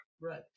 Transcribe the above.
Right